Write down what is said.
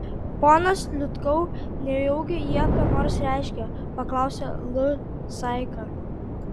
ponas liutkau nejaugi jie ką nors reiškia paklausė l zaika